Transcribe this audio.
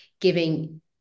giving